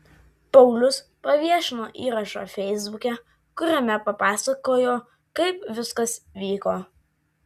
paulius paviešino įrašą feisbuke kuriame papasakojo kaip viskas vyko